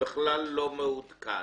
לא מעודכן.